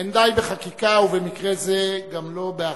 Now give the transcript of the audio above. אין די בחקיקה, ובמקרה זה גם לא באכיפה.